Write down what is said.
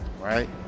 Right